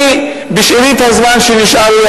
בשארית הזמן שנשאר לי,